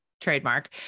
trademark